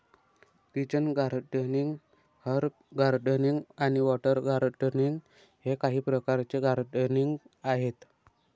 kitchen gardening, herb gardening आणि water gardening हे काही प्रकारचे गार्डनिंग आहेत